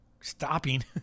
stopping